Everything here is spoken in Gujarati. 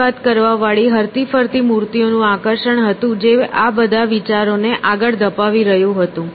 આવી વાત કરવા વાળી હરતી ફરતી મૂર્તિઓનું આકર્ષણ હતું જે આ બધા વિચારોને આગળ ધપાવી રહ્યું હતું